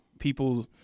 People